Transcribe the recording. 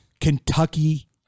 Kentucky